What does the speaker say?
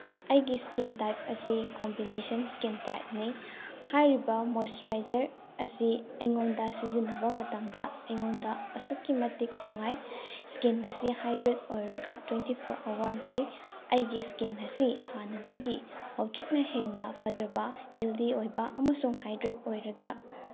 ꯑꯩꯒꯤ skin type ꯑꯁꯤ combination skin ꯇꯥꯏꯞꯅꯤ ꯍꯥꯏꯔꯤꯕ ꯃꯣꯏꯆꯔꯥꯏꯖꯔ ꯑꯁꯤ ꯑꯩꯉꯣꯟꯗ ꯁꯤꯖꯤꯟꯅꯕ ꯃꯇꯝꯗ ꯑꯩꯉꯣꯟꯗ ꯑꯁꯨꯛꯀꯤ ꯃꯇꯤꯛ ꯅꯨꯡꯉꯥꯏ ꯏꯁꯀꯤꯟ ꯑꯁꯤ ꯍꯥꯏꯗ꯭ꯔꯦꯠ ꯑꯣꯏꯔꯒ ꯇ꯭ꯋꯦꯟꯇꯤ ꯐꯣꯔ ꯑꯋꯥꯔ ꯂꯩ ꯑꯩꯒꯤ ꯏꯁꯀꯤꯟ ꯑꯁꯤ ꯍꯥꯟꯅꯗꯒꯤ ꯍꯧꯖꯤꯛꯅ ꯍꯦꯟꯅ ꯐꯖꯕ ꯍꯦꯜꯗꯤ ꯑꯣꯏꯕ ꯑꯃꯁꯨꯡ ꯍꯥꯏꯗ꯭ꯔꯦꯠ ꯑꯣꯏꯔꯒ